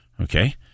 Okay